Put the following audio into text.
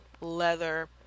leather